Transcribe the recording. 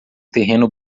terreno